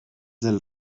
del